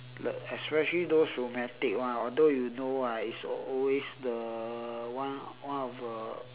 especially those romantic one although you know right it's always the one one of a